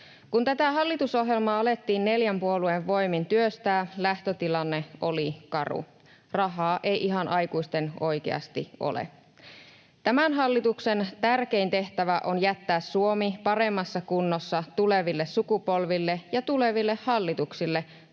Kun tätä hallitusohjelmaa alettiin neljän puolueen voimin työstää, lähtötilanne oli karu. Rahaa ei ihan aikuisten oikeasti ole. Tämän hallituksen tärkein tehtävä on jättää Suomi paremmassa kunnossa tuleville sukupolville ja tuleville hallituksille,